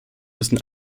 müssen